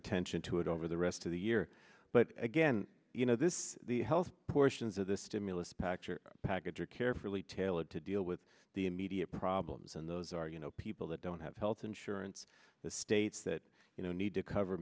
attention to it over the rest of the year but again you know this the health portions of the stimulus package are a package are carefully tailored to deal with the immediate problems and those are you know people that don't have health insurance the states that you know need to cover